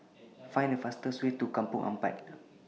Find The fastest Way to Kampong Ampat